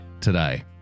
today